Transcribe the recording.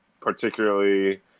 particularly –